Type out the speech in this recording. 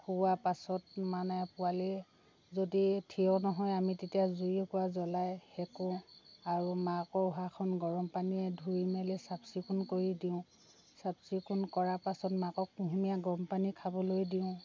খোওৱা পাছত মানে পোৱালি যদি থিয় নহয় আমি তেতিয়া জুই একোৰা জলাই সেকু আৰু মাকৰ উহাখন গৰম পানীয়ে ধুই মেলি চাফ চিকুণ কৰি দিওঁ চাফ চিকুণ কৰা পাছত মাকক কুহুমীয়া গৰম পানী খাবলৈ দিওঁ